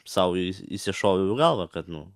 sau į į išsišoviau į galvą kad nu